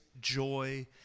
joy